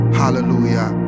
hallelujah